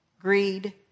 greed